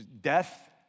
death